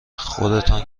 خودتان